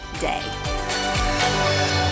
day